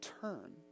turn